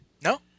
No